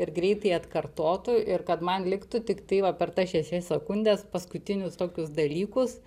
ir greitai atkartotų ir kad man liktų tiktai va per tas šešias sekundes paskutinius tokius dalykus